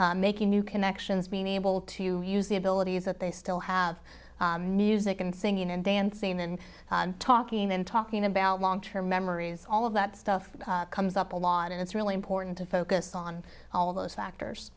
making new connections being able to use the abilities that they still have taken singing and dancing and talking and talking about long term memories all of that stuff comes up a lot and it's really important to focus on all those factors